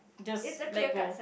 just let go